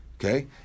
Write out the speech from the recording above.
Okay